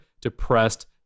depressed